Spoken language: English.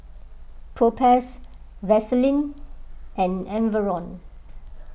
Propass Vaselin and Enervon